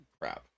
crap